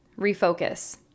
refocus